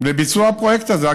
לביצוע הפרויקט הזה.